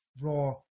raw